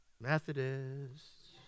Methodists